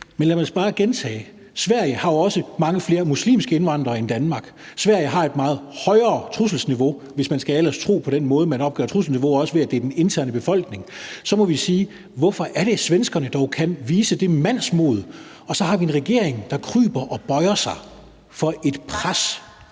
så bare lige gentage: Sverige har jo også mange flere muslimske indvandrere end Danmark. Sverige har et meget højere trusselsniveau, hvis man ellers skal tro på den måde, man opgør trusselsniveauet på, også ved at det er internt i befolkningen. Så må vi sige: Hvorfor er det, at svenskerne dog kan vise det mandsmod, mens vi så har en regering, der kryber og bøjer sig for et pres?